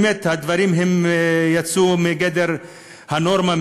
באמת הדברים יצאו מגדר הנורמה,